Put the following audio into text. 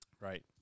Right